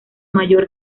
mayor